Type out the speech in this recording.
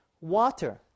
water